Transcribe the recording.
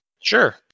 Sure